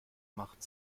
macht